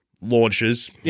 launches